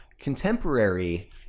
contemporary